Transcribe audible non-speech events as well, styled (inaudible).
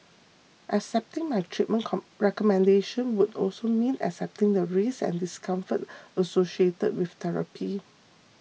accepting my treatment (unintelligible) recommendation would also mean accepting the risks and discomfort associated with therapy